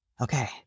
okay